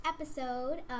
episode